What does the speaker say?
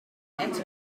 ethical